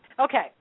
Okay